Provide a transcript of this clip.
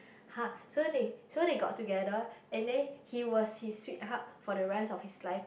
!huh! so in so they got together and then he was his sweetheart for the rest of his life